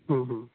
ᱦᱮᱸ ᱦᱮᱸ